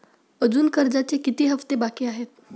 अजुन कर्जाचे किती हप्ते बाकी आहेत?